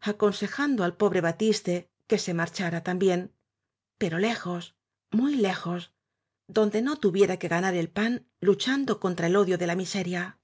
aconsejando al pobre batiste que se marchara también pero lejos muy lejos donde no tuviera que ganar el pan luchando contra el odio de la miseria